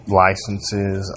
licenses